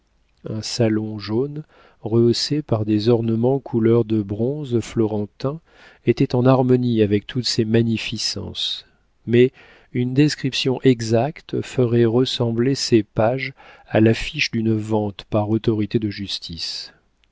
un salon jaune rehaussé par des ornements couleur de bronze florentin était en harmonie avec toutes ces magnificences mais une description exacte ferait ressembler ces pages à l'affiche d'une vente par autorité de justice